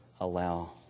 allow